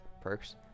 perks